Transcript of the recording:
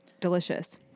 delicious